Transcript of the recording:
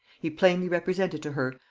he plainly represented to her,